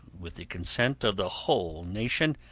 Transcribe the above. with the consent of the whole nation,